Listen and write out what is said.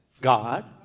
God